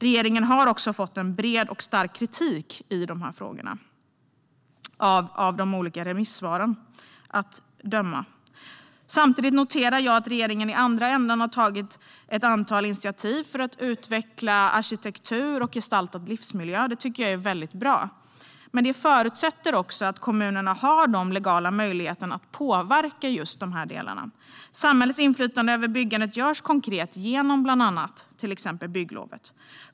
Regeringen har också fått bred och stark kritik i denna fråga, av de olika remissvaren att döma. Samtidigt noterar jag att regeringen har tagit ett antal initiativ till utvecklad arkitektur och gestaltad livsmiljö. Det är bra. Det förutsätter dock att kommunerna har legala möjligheter att påverka just dessa delar. Samhällets inflytande över byggandet görs konkret genom bland annat bygglovet.